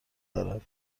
دارد